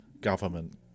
government